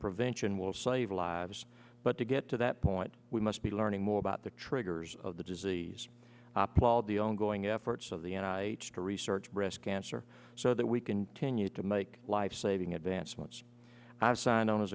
prevention will save lives but to get to that point we must be learning more about the triggers of the disease while the on going efforts of the n i to research breast cancer so that we continue to make lifesaving advancements i signed on as